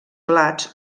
plats